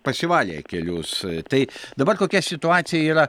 pasivalė kelius tai dabar kokia situacija yra